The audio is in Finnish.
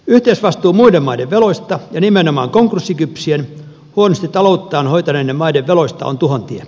yhteisvastuu muiden maiden veloista ja nimenomaan konkurssikypsien huonosti talouttaan hoitaneiden maiden veloista on tuhon tie